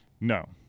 No